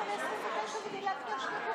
איך קפצתם ל-29 בלי להזכיר שני חוקים?